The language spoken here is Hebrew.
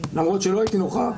למרות שלא הייתי נוכח.